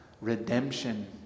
redemption